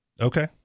okay